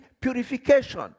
purification